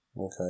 Okay